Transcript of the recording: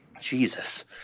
Jesus